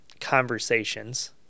conversations